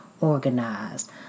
organized